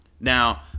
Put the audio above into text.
Now